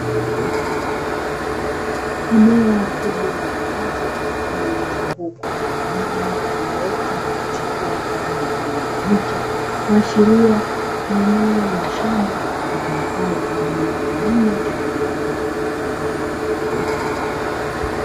Eneo kubwa la wazi lililozungukwa na mimea iliyoota na kuchipua kwa rangi ya kijani kibichi, kuashiria ni eneo la shamba litumikalo kwa ajili ya kilimo cha viwanda.